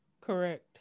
Correct